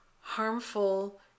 harmful